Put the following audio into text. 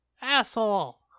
Asshole